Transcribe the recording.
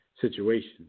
situation